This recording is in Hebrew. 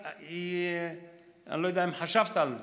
אני לא יודע אם חשבת על זה,